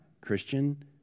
Christian